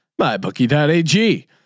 MyBookie.ag